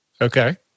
Okay